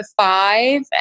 five